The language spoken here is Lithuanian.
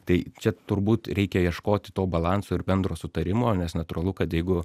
tai čia turbūt reikia ieškoti to balanso ir bendro sutarimo nes natūralu kad jeigu